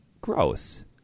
Gross